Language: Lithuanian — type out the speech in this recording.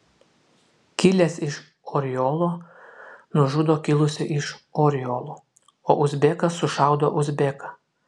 kilęs iš oriolo nužudo kilusį iš oriolo o uzbekas sušaudo uzbeką